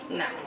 no